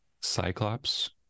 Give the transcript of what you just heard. Cyclops